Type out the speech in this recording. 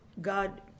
God